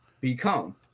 become